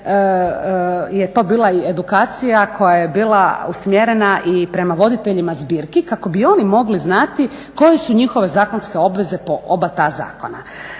je to bila i edukacija koja je bila usmjerena i prema voditeljima zbirki kako bi oni mogli znati koje su njihove zakonske obveze po oba ta zakona.